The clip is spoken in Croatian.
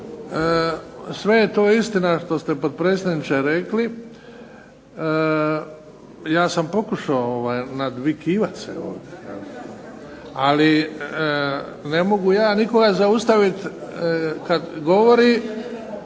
Sve je to istina što ste potpredsjedniče rekli, ja sam pokušao nadvikivati se ovdje ali ne mogu ja nikoga zaustaviti kada govori,